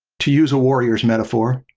to use a warrior's metaphor,